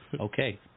Okay